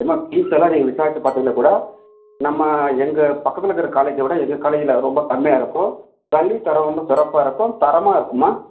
அம்மா ஃபீஸ் எல்லாம் நீங்கள் விசாரித்து பார்த்ததுல கூட நம்ம எங்கள் பக்கத்தில் இருக்கிற காலேஜை விட எங்கள் காலேஜில் ரொம்ப கம்மியாக இருக்கும் கல்வி தரம் வந்து சிறப்பாக இருக்கும் தரமாக இருக்கும்மா